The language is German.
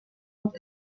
und